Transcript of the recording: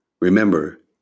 Remember